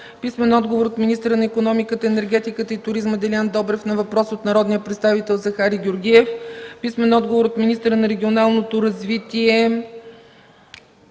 Евгений Желев; - от министъра на икономиката, енергетиката и туризма Делян Добрев на въпрос от народния представител Захари Георгиев; - от министъра на регионалното развитие